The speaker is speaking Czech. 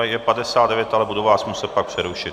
Je padesát devět, ale budu vás muset pak přerušit.